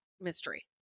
mystery